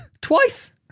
Twice